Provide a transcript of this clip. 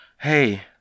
hey